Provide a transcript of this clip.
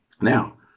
Now